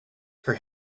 her